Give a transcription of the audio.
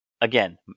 again